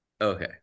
Okay